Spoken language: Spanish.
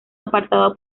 apartado